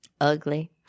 ugly